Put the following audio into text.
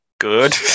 good